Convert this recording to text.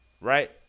right